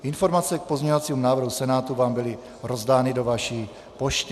Informace k pozměňovacímu návrhu Senátu vám byly rozdány do vaší pošty.